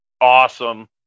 Awesome